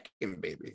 baby